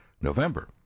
November